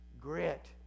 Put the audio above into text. grit